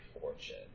fortune